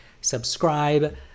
subscribe